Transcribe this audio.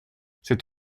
c’est